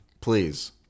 Please